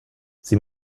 sie